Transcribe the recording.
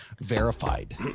verified